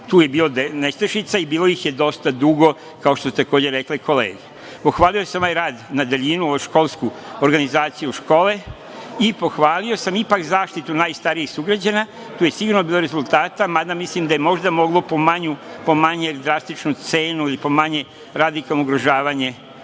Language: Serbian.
Tu je bilo nestašica i bilo ih je dosta dugo, kao što su takođe rekle kolege. Pohvalio sam i ovaj rad na daljinu škola, školsku organizaciju i pohvalio sam ipak zaštitu najstarijih sugrađana. Tu je sigurno bilo rezultata, mada mislim da je možda moglo po manje drastičnu cenu ili po manje radikalno ugrožavanje